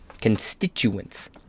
Constituents